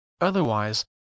Otherwise